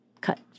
cut